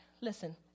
listen